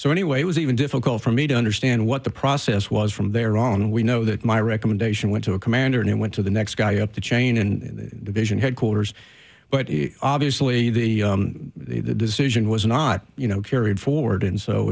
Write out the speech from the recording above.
so anyway it was even difficult for me to understand what the process was from there on and we know that my recommendation went to a commander and it went to the next guy up the chain and the vision headquarters but obviously the decision was not you know carried forward and so